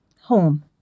Home